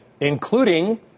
including